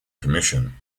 commission